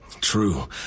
True